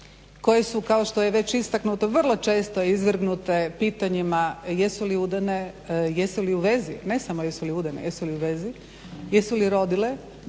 koje su kao što je već istaknuto vrlo često izvrgnute pitanjima jesu li udane, jesu li u vezi, ne samo jesu li udane, jesu li u vezi, jesu li rodile,